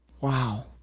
Wow